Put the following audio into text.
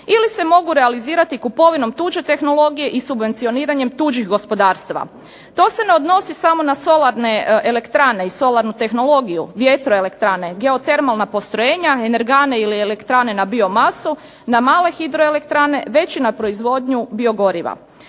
ili se mogu realizirati kupovinom tuđe tehnologije i subvencioniranjem tuđeg gospodarstva. To se ne odnosi samo na solarne elektrane i solarnu tehnologiju, vjetroelektrane, geotermalna postrojenja, energane ili elektrane na biomasu, na male hidroelektrane već i na proizvodnju biogoriva.